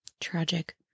Tragic